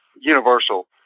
Universal